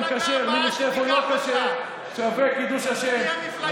כשר מינוס טלפון לא כשר שווה קידוש השם.